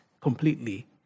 completely